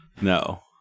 No